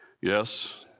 Yes